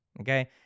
Okay